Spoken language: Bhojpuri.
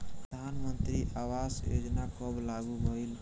प्रधानमंत्री आवास योजना कब लागू भइल?